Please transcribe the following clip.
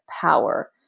power